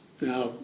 Now